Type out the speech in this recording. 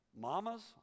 Mama's